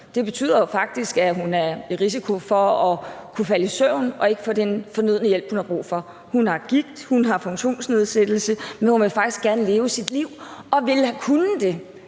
Det betyder faktisk, at det er risikabelt for hende at falde i søvn, fordi hun ikke kan få den fornødne hjælp. Hun har gigt, hun har funktionsnedsættelse, hun vil faktisk gerne leve sit liv og ville have